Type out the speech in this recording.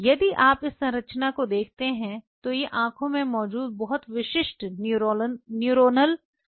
यदि आप इस संरचना को देखते हैं तो ये आंखों में मौजूद बहुत विशिष्ट न्यूरोनल संरचनाएं हैं